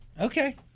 Okay